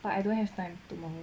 but I don't have time tomorrow